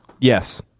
Yes